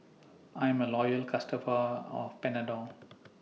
I'm A Loyal customer of Panadol